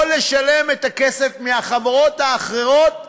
יכול לשלם את הכסף מהחברות האחרות.